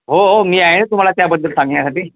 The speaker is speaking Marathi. हो हो मी आहे तुम्हाला त्याबद्दल सांगण्यासाठी